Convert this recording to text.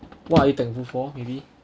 what you thankful for maybe